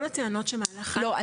כל הטענות שמעלה חני -- לא,